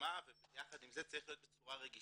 וחכמה וביחד עם זה צריך להיות בצורה רגישה,